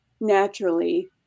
naturally